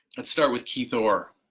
let's start with keith ore.